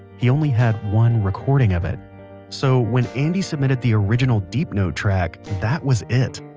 he only had one recording of it so when andy submitted the original deep note track, that was it.